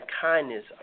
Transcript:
kindness